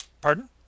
Pardon